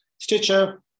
Stitcher